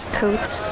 coats